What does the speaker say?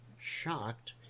shocked